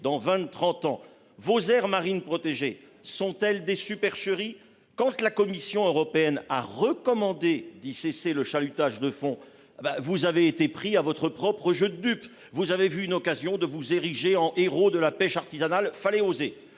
dans 20 30 ans vos aires marines protégées sont-elles des supercheries. Quand tu la Commission européenne a recommandé dit cesser le chalutage de fond ben vous avez été pris à votre propre jeu de dupes. Vous avez vu une occasion de vous érigé en héros de la pêche artisanale, fallait oser.